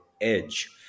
edge